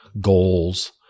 goals